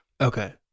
Okay